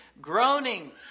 groaning